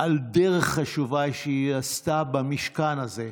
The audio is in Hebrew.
על דרך חשובה שהיא עשתה במשכן הזה,